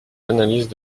analyses